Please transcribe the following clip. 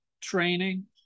training